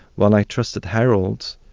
well, i trusted harold,